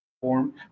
form